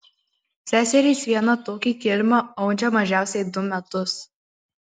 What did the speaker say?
seserys vieną tokį kilimą audžia mažiausiai du metus